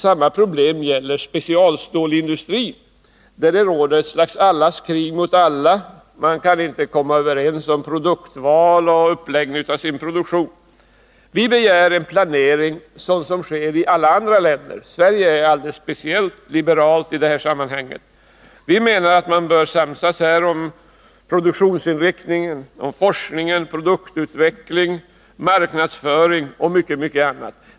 Samma problem finns i specialstålsindustrin, där det råder ett slags allas krig mot alla: man kan inte komma överens om produktval och uppläggning av sin produktion. Vi begär en planering, såsom sker i alla andra länder. Sverige är i det sammanhanget alldeles speciellt liberalt. Vi menar att man här bör samsas om produktionsinriktning, forskning, produktutveckling, marknadsföring och mycket annat.